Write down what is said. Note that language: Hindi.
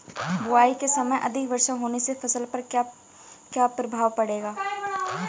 बुआई के समय अधिक वर्षा होने से फसल पर क्या क्या प्रभाव पड़ेगा?